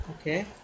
okay